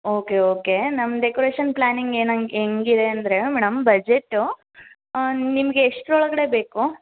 okay okay ನಮ್ಮ decoration planning ಏನಂಗೆ ಹೆಂಗಿದೆ ಅಂದರೆ ಮೇಡಮ್ ಬಜೆಟ್ಟು ನಿಮ್ಗೆ ಎಷ್ಟರೊಳಗಡೆ ಬೇಕು